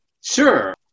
Sure